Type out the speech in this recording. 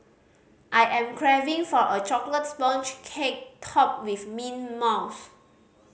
I am craving for a chocolate sponge cake topped with mint mousse